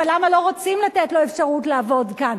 אבל למה לא רוצים לתת לו אפשרות לעבוד כאן?